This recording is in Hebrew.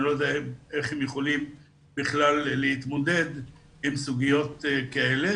אני לא יודע איך הם יכולים להתמודד עם סוגיות כאלה.